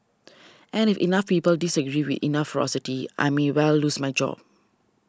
and if enough people disagree with enough ferocity I may well lose my job